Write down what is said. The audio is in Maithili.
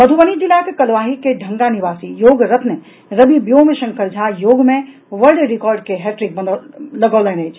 मधुबनी जिलाक कलुआही के ढंगा निवासी योगरत्न रवि व्योम शंकर झा योग मे वर्ल्ड रिकॉर्ड के हैट्रिक लगौलनि अछि